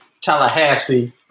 Tallahassee